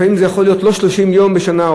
לפעמים זה יכול להיות לא 30 יום בשנה,